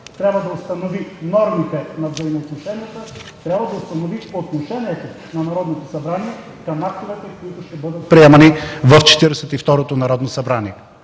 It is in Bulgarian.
трябва да установи нормите на взаимоотношенията, трябва да установи отношението на Народното събрание към актовете, които ще бъдат приемани в Четиридесет